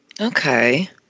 Okay